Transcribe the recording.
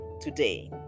today